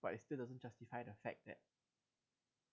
but it still doesn't justify the fact that